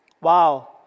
Wow